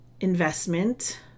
investment